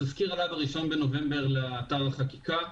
התזכיר עלה ב-1 בנובמבר לאתר החקיקה,